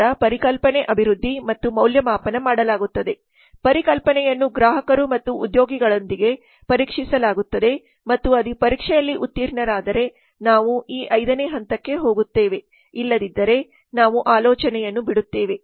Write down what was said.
ನಂತರ ಪರಿಕಲ್ಪನೆ ಅಭಿವೃದ್ಧಿ ಮತ್ತು ಮೌಲ್ಯಮಾಪನ ಮಾಡಲಾಗುತ್ತದೆ ಪರಿಕಲ್ಪನೆಯನ್ನು ಗ್ರಾಹಕರು ಮತ್ತು ಉದ್ಯೋಗಿಗಳೊಂದಿಗೆ ಪರೀಕ್ಷಿಸಲಾಗುತ್ತದೆ ಮತ್ತು ಅದು ಪರೀಕ್ಷೆಯಲ್ಲಿ ಉತ್ತೀರ್ಣರಾದರೆ ನಾವು ಈ ಐದನೇ ಹಂತಕ್ಕೆ ಹೋಗುತ್ತೇವೆ ಇಲ್ಲದಿದ್ದರೆ ನಾವು ಆಲೋಚನೆಯನ್ನು ಬಿಡುತ್ತೇವೆ